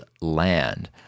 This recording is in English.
land